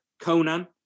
Conan